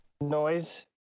noise